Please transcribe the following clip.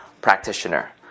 Practitioner